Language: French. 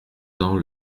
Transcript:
temps